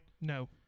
No